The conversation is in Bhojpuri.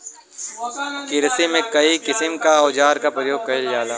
किरसी में कई किसिम क औजार क परयोग कईल जाला